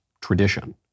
tradition